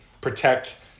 protect